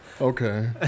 Okay